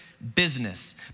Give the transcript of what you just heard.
business